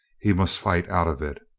he must fight out of it.